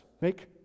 Make